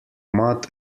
mud